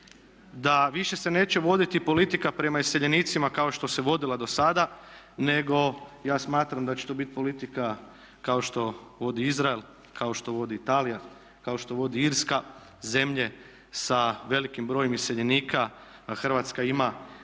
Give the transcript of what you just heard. da više se neće voditi politika prema iseljenicima kao što se vodila do sada nego ja smatram da će to bit politika kao što vodi Izrael, kao što vodi Italija, kao što vodi Irska, zemlje sa velikim brojem iseljenika a Hrvatska ima